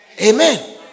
Amen